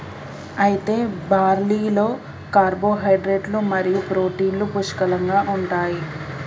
అయితే బార్లీలో కార్పోహైడ్రేట్లు మరియు ప్రోటీన్లు పుష్కలంగా ఉంటాయి